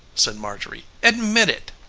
said marjorie. admit it!